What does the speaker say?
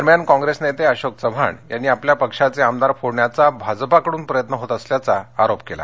दरम्यान कॉंग्रेस नेते अशोक चव्हाण यांनी आपल्या पक्षाचे आमदार फोडण्याचा भाजपाकडून प्रयत्न होत असल्याचा आरोप केला